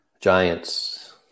Giants